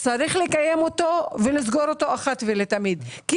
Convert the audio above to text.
צריך לקיים אותו ולסגור אותו אחת ולתמיד כי